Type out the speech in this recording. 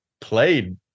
played